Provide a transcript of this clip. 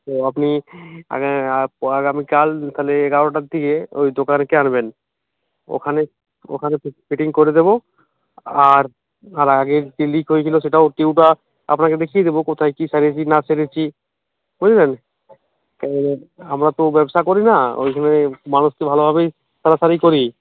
তো আপনি আগা প আগামীকাল তাহলে এগারোটার দিকে ওই দোকানকে আনবেন ওখানে ওখানে ফিটিং করে দেবো আর আর আগের যে লিক হয়েছিলো সেটাও টিউবটা আপনাকে দেখিয়ে দেবো কোথায় কি সারিয়েছি না সেরেছি বুঝলেন তাহলে আমরা তো ব্যবসা করি না ওই জন্যে মানুষকে ভালোভাবেই করি